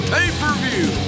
Pay-Per-View